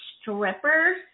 strippers